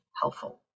helpful